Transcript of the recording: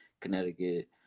Connecticut